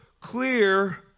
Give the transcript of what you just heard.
clear